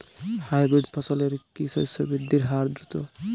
Hybrid ফসলের কি শস্য বৃদ্ধির হার দ্রুত?